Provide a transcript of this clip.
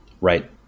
Right